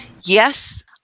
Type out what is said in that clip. yes